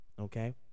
Okay